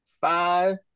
Five